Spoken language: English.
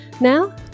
Now